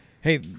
Hey